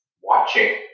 watching